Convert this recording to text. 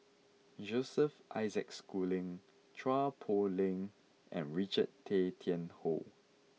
Joseph Isaac Schooling Chua Poh Leng and Richard Tay Tian Hoe